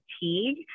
fatigue